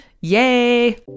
Yay